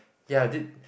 ya did